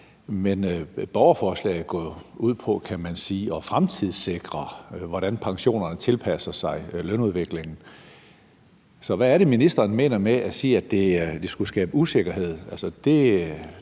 Men borgerforslaget går jo ud på, kan man sige, at fremtidssikre, hvordan pensionerne tilpasser sig lønudviklingen. Så hvad er det, ministeren mener med, at det skulle skabe usikkerhed?